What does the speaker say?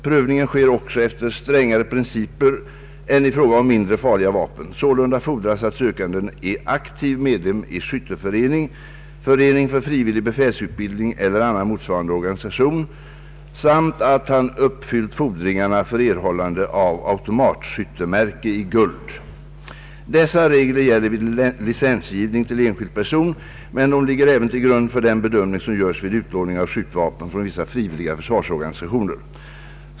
Prövningen sker också efter strängare principer än i fråga om mindre farliga vapen. Sålunda fordras att sökande är aktiv medlem i skytte förening, förening för frivillig befälsutbildning eller annan motsvarande organisation samt att han uppfyllt fordringarna för erhållande av automatskyttemärke i guld. Dessa regler gäller vid licensgivning till enskild person, men de ligger även till grund för den bedömning som görs vid utlåning av skjutvapen från vissa frivilliga försvarsorganisationer.